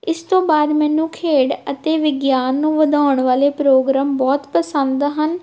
ਇਸ ਤੋਂ ਬਾਅਦ ਮੈਨੂੰ ਖੇਡ ਅਤੇ ਵਿਗਿਆਨ ਨੂੰ ਵਧਾਉਣ ਵਾਲੇ ਪ੍ਰੋਗਰਾਮ ਬਹੁਤ ਪਸੰਦ ਹਨ